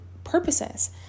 purposes